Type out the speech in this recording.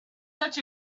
such